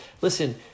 listen